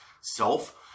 self